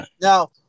Now